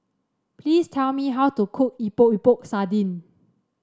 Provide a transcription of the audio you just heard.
please tell me how to cook Epok Epok Sardin